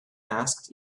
asked